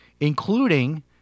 including